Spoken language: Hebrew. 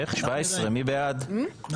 הצבעה בעד, 6 נגד, 7